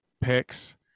picks